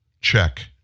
check